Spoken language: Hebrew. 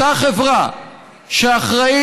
אותה חברה שאחראית